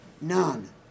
None